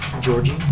Georgie